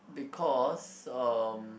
because um